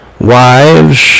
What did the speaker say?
Wives